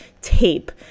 tape